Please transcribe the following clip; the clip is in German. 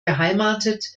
beheimatet